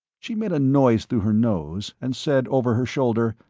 she made a noise through her nose and said over her shoulder,